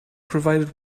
provided